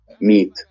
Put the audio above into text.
meat